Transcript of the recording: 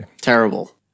Terrible